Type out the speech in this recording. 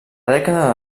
dècada